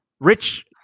rich